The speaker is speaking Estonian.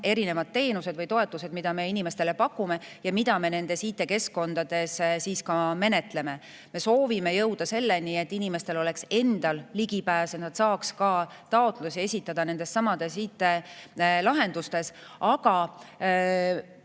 erinevad teenused või toetused, mida me inimestele pakume ja mida me nendes IT‑keskkondades siis ka menetleme. Me soovime jõuda selleni, et inimestel oleks endal ligipääs, et nad saaks ka taotlusi esitada nendesamade IT‑lahenduste